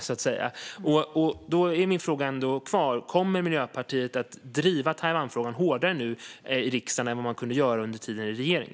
Då kvarstår min fråga: Kommer Miljöpartiet att driva Taiwanfrågan hårdare i riksdagen nu än vad man kunde göra under tiden i regering?